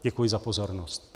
Děkuji za pozornost.